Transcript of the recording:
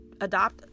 adopt